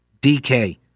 DK